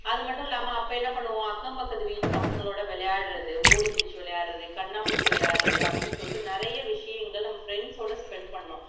அது மட்டும் இல்லாமல் அப்போ என்ன பண்ணுவோம் அக்கம்பக்கத்து வீட்டு பசங்களோடு விளையாட்றது ஓடி பிடிச்சி விளையாட்றது கண்ணாமூச்சி விளையாட்றது அப்படின்னு சொல்லிட்டு நிறைய விஷயங்கள் நம்ம ஃப்ரெண்ஸோடு ஸ்பெண்ட் பண்ணோம்